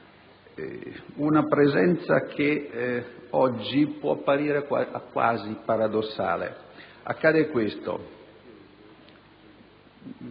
una presenza che oggi può apparire quasi paradossale. Accade questo,